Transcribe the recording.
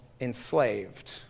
enslaved